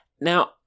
now